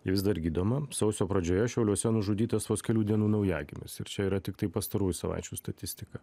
vis dar gydoma sausio pradžioje šiauliuose nužudytas vos kelių dienų naujagimis ir čia yra tiktai pastarųjų savaičių statistika